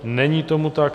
Není tomu tak.